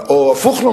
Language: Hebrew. או לומר הפוך: